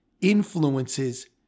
influences